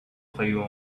fayoum